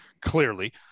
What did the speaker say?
Clearly